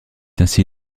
ainsi